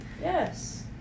Yes